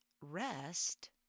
Rest